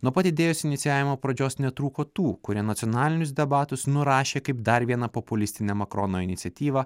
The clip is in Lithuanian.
nuo pat idėjos inicijavimo pradžios netrūko tų kurie nacionalinius debatus nurašė kaip dar vieną populistinę makrono iniciatyvą